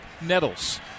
Nettles